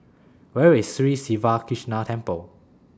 Where IS Sri Siva Krishna Temple